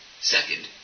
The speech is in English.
Second